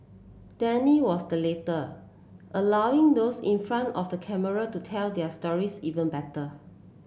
Danny was the latter allowing those in front of the camera to tell their stories even better